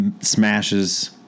Smashes